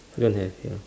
don't have ya